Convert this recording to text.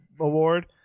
award